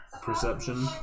Perception